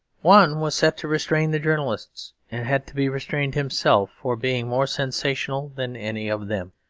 one was set to restrain the journalists, and had to be restrained himself, for being more sensational than any of them.